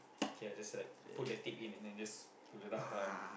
okay lah just like put the tip in and then just pull it out lah